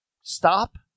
stop